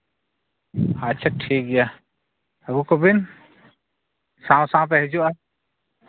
ᱟᱪᱪᱷᱟ ᱴᱷᱤᱠ ᱜᱮᱭᱟ ᱟᱹᱜᱩ ᱠᱚᱵᱤᱱ ᱥᱟᱶ ᱥᱟᱶ ᱯᱮ ᱦᱤᱡᱩᱜᱼᱟ